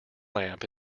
lamp